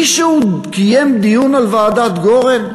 מישהו קיים דיון על ועדת גורן?